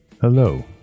Hello